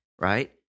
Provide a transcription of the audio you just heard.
right